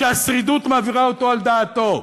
שהשרידות מעבירה אותו על דעתו.